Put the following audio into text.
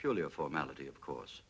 purely a formality of course